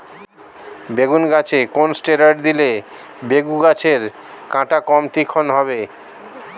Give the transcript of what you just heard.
বেগুন গাছে কোন ষ্টেরয়েড দিলে বেগু গাছের কাঁটা কম তীক্ষ্ন হবে?